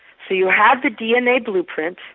so you have the dna blueprint,